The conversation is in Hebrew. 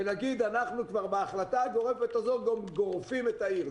ולהגיד אנחנו כבר בהחלטה הגורפת הזאת גם גורפים את העיר,